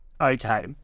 Okay